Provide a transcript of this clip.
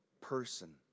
person